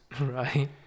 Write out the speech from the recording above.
Right